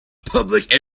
public